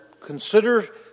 consider